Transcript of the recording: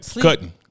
cutting